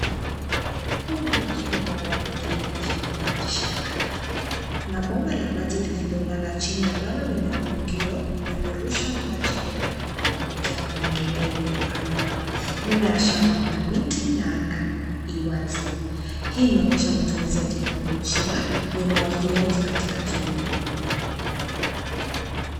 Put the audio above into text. Huu ni mfumo wa umwagiliaji wa maji shambani. Kuna bomba la maji lililolala chini ambalo lina viungio, linalorusha maji hewani na kuangukia mimea iliyopandwa. Nyuma ya shamba kuna miti na anga i wazi. Hii inaonyesha matumizi ya teknolojia ya umwagiliaji katika kilimo.